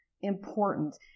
important